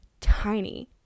tiny